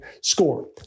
score